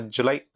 July